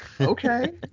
okay